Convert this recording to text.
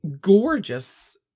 gorgeous